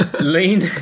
lean